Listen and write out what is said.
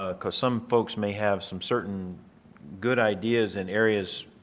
ah cause some folks may have some certain good ideas and areas.